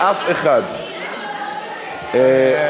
זה סביר בעיניך שככה מתנהל דיון בקריאה ראשונה?